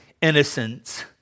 innocence